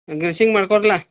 greasing ಮಾಡ್ಕೊರ್ಲಾ